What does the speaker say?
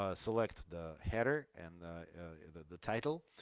ah select the header and the the title.